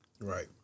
Right